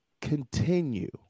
continue